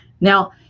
Now